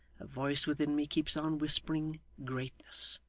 a voice within me keeps on whispering greatness.